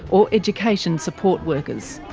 or education support workers.